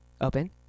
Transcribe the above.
Open